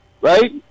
Right